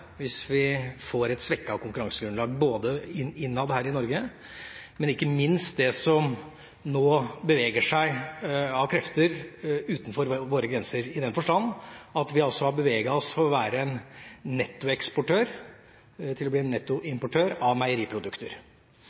det som nå beveger seg av krefter utenfor våre grenser, i den forstand at vi har beveget oss fra å være en nettoeksportør til å bli en nettoimportør av meieriprodukter.